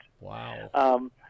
Wow